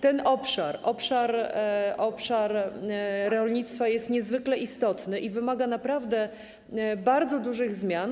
Ten obszar, obszar rolnictwa, jest niezwykle istotny i wymaga naprawdę bardzo dużych zmian.